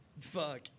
Fuck